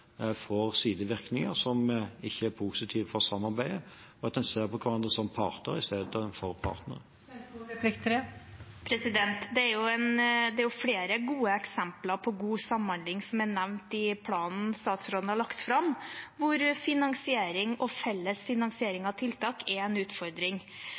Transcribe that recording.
får sidevirkninger som ikke er positivt for samarbeidet, ved at en ser på hverandre som parter istedenfor som partnere. Det er flere gode eksempler på god samhandling som er nevnt i planen som statsråden har lagt fram, der finansiering og felles